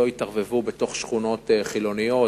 שלא יתערבבו בתוך שכונות חילוניות,